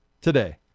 today